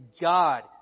God